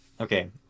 Okay